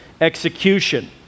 execution